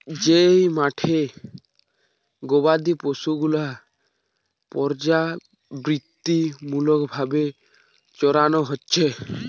যেই মাঠে গোবাদি পশু গুলার পর্যাবৃত্তিমূলক ভাবে চরানো হচ্ছে